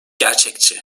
gerçekçi